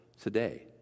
today